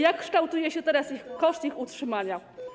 Jak kształtuje się teraz koszt ich utrzymania?